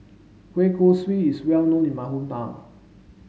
Kueh Kosui is well known in my hometown